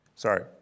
Sorry